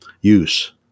use